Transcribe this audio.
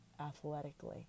athletically